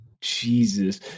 Jesus